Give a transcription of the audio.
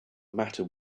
matter